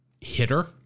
hitter